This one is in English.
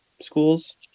schools